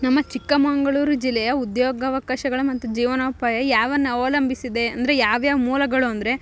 ನಮ್ಮ ಚಿಕ್ಕಮಂಗ್ಳೂರು ಜಿಲ್ಲೆಯ ಉದ್ಯೋಗಾವಕಾಶಗಳ ಮತ್ತು ಜೀವನೋಪಾಯ ಯಾವನ್ನು ಅವಲಂಬಿಸಿದೆ ಅಂದರೆ ಯಾವ್ಯಾವ ಮೂಲಗಳು ಅಂದರೆ